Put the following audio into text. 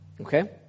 Okay